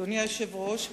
אדוני היושב-ראש,